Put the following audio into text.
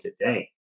today